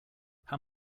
how